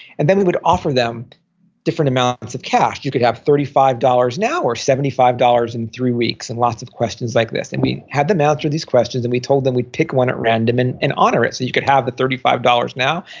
and then we would offer them different amounts of cash. you could have thirty five dollars now or seventy five dollars in three weeks and lots of questions like this. and we had them answer these questions and we told them we'd pick one at random and and honor it, so you could have the thirty five dollars now,